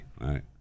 right